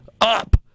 up